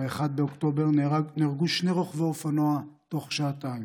ב-1 באוקטובר נהרגו שני רוכבי אופנוע תוך שעתיים: